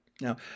Now